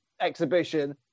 exhibition